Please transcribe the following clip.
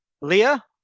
Leah